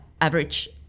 average